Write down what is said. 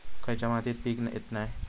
खयच्या मातीत पीक येत नाय?